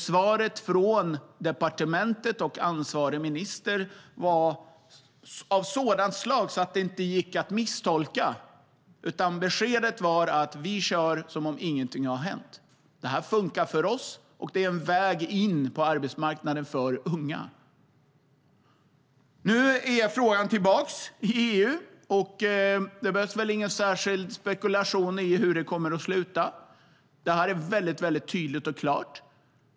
Svaret från departementet och ansvarig minister var nämligen av sådant slag att det inte gick att misstolka. Beskedet var: Vi kör som om ingenting har hänt. Det funkar för oss, och det är en väg in på arbetsmarknaden för unga. Nu är frågan tillbaka i EU, och man behöver inte spekulera särskilt i hur det kommer att sluta. Detta är mycket tydligt och klart.